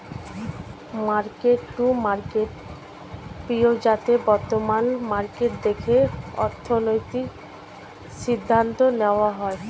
market to market প্রক্রিয়াতে বর্তমান market দেখে অর্থনৈতিক সিদ্ধান্ত নেওয়া হয়